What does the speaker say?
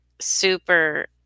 super